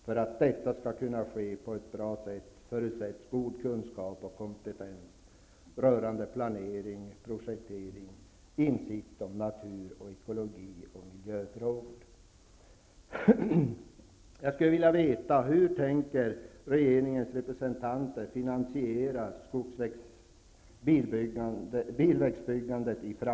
För att detta skall kunna ske på ett bra sätt förutsätts god kunskap och kompetens när det gäller planering och projektering samt insikt i natur-, ekologi och miljöfrågor.